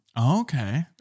Okay